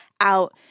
out